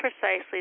precisely